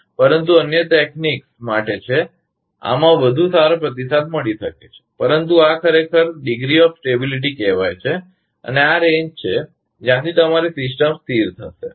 પરંતુ અન્ય તકનીકો માટે છે આમાં વધુ સારો પ્રતિસાદ મળી શકે છે પરંતુ આ ખરેખર સ્થિરતાની ડિગ્રી કહેવાય છે અને આ તે શ્રેણી છે જ્યાંથી તમારી સિસ્ટમ સ્થિર રહેશે